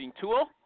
tool